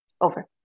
Over